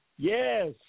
Yes